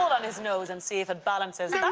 on his nose and see if it balances.